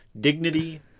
dignity